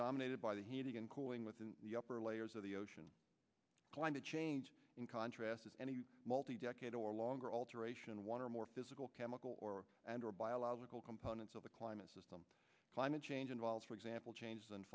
dominated by the heating and cooling within the upper layers of the ocean climate change in contrast with any multi decade or longer alteration one or more physical chemical or biological components of the climate system climate change involves for example changes and